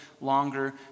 longer